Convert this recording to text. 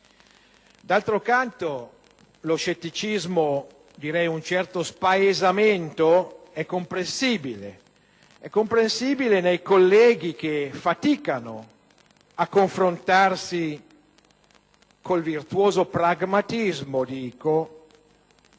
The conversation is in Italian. D'altro canto, lo scetticismo e un certo spaesamento sono comprensibili; sono comprensibili nei colleghi che faticano a confrontarsi con il virtuoso pragmatismo,